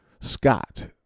Scott